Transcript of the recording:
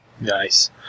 nice